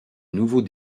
nouveaux